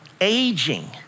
aging